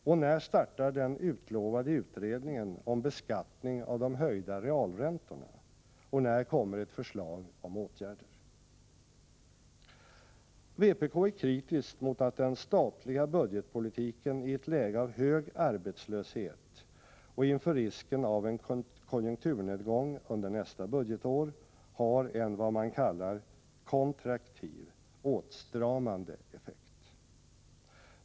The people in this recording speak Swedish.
Och när startar den utlovade utredningen om beskattning av de höjda realräntorna, och när kommer ett förslag om åtgärder? Vpk är kritiskt mot att den statliga budgetpolitiken i ett läge av hög arbetslöshet och inför risken av en konjunkturnedgång under nästa budgetår har en vad man kallar kontraktiv, åtstramande effekt.